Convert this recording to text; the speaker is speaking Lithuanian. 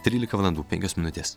trylika valandų penkios minutės